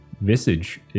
visage